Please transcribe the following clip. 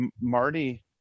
Marty